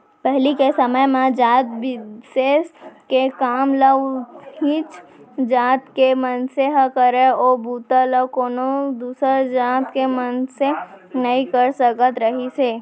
पहिली के समे म जात बिसेस के काम ल उहींच जात के मनसे ह करय ओ बूता ल कोनो दूसर जात के मनसे नइ कर सकत रिहिस हे